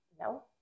No